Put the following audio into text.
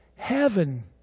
Heaven